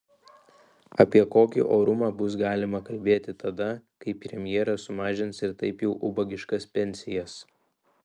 apie kokį orumą bus galima kalbėti tada kai premjeras sumažins ir taip jau ubagiškas pensijas